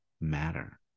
matter